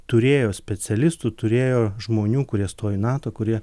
turėjo specialistų turėjo žmonių kurie stojo į nato kurie